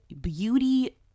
beauty